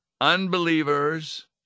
Unbelievers